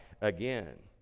again